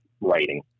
writing